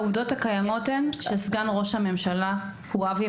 העובדות הקיימות הן שסגן ראש הממשלה הוא אבי